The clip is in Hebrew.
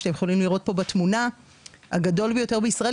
אתם יכולים לראות פה בתמונה הגדול ביותר בישראל,